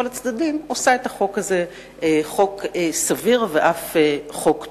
הצדדים עושה את החוק הזה חוק סביר ואף חוק טוב.